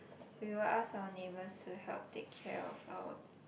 we will ask our neighbours to help take care of our